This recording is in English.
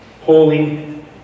holy